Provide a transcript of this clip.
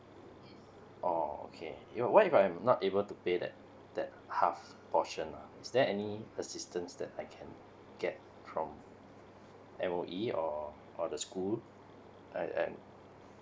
oh okay your what if I'm not able to pay that that half portion lah is there any assistance that I can get from M_O_E or or the school uh and